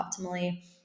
optimally